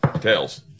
Tails